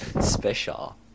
Special